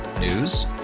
News